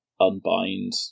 unbind